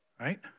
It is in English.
right